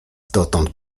dotąd